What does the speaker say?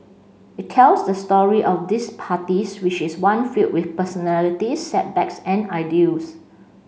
it tells the story of these parties which is one filled with personalities setbacks and ideals